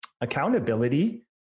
Accountability